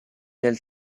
del